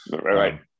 Right